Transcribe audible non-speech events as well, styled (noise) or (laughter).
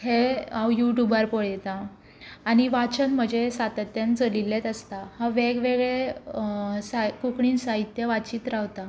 हें हांव युट्यूबार पळयतां आनी वाचन म्हजें सातत्यान चलिल्लेंच आसता हांव वेग वेगळें (unintelligible) कोंकणी साहित्य वाचीत रावतां